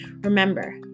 remember